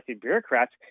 bureaucrats